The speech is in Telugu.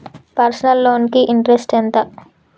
పర్సనల్ లోన్ కి ఇంట్రెస్ట్ ఎంత?